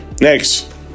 Next